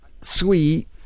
sweet